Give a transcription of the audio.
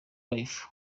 lyfe